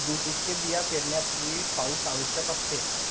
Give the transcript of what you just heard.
जूटचे बिया पेरण्यापूर्वी पाऊस आवश्यक असते